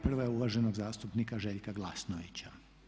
Prva je uvaženog zastupnika Željka Glasnovića.